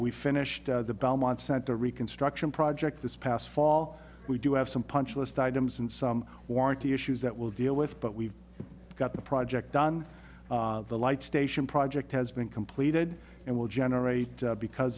we finished the belmont center reconstruction project this past fall we do have some punch list items and some warranty issues that will deal with but we've got the project on the light station project has been completed and will generate because